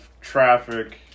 traffic